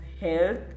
health